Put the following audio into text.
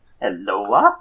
hello